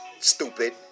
Stupid